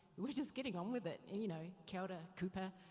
we're just getting on with it, you know, kia ora, cooper,